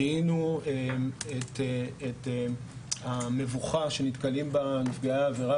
זיהינו את המבוכה שנתקלים בה נפגעי העבירה